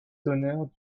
sonneurs